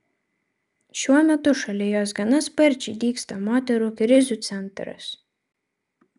šiuo metu šalia jos gana sparčiai dygsta moterų krizių centras